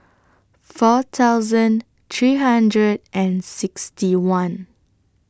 four thousand three hundred and sixty one